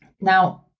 Now